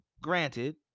granted